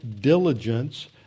diligence